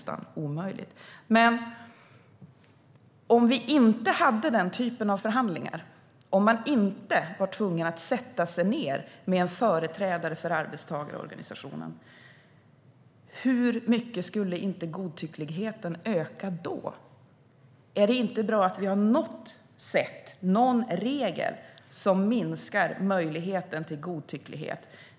Om vi inte hade denna typ av förhandlingar och man inte var tvungen att sätta sig ned med en företrädare för arbetstagarorganisationen, hur mycket skulle inte godtyckligheten öka då? Är det inte bra att vi har ett sätt och en regel som minskar möjligheten för godtycklighet?